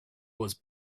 was